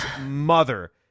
mother